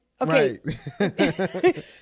Okay